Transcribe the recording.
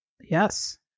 Yes